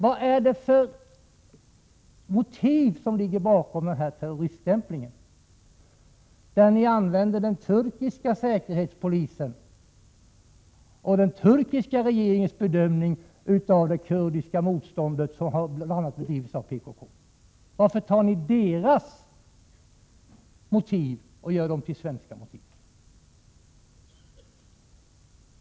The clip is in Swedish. Vad är det för motiv som ligger bakom denna terroriststämpling, där ni använder den turkiska säkerhetspolisens och den turkiska regeringens bedömning av det kurdiska motståndet, som bl.a. bedrivs av PKK? Varför tar ni deras motiv och gör dem till era?